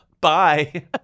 Bye